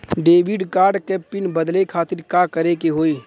Debit card क PIN बदले खातिर का करेके होई?